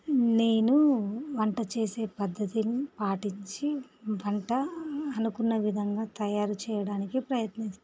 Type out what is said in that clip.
నేను వంట చేసే పద్ధతిని పాటించి వంట అనుకున్న విధంగా తయారు చేయడానికి ప్రయత్నిస్తాను